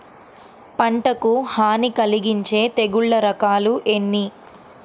పంటకు హాని కలిగించే తెగుళ్ళ రకాలు ఎన్ని?